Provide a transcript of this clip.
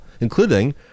including